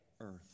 earth